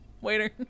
Waiter